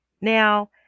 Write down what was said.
Now